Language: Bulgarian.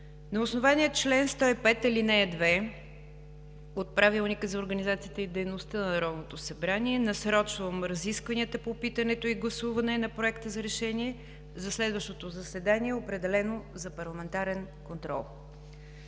На основание чл. 105, ал. 2 от Правилника за организацията и дейността на Народното събрание насрочвам разискванията по питането и гласуване на Проекта за решение за следващото заседание, определено за парламентарен контрол.